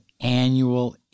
annual